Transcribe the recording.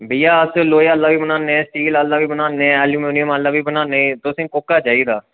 भैया अस लोहे आह्ला बी बनान्ने स्टील आह्ला बी बनान्ने एलम्युनियम आह्ला बी बनाने तुसेंगी कोह्का चाहिदा